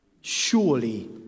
Surely